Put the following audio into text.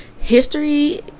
History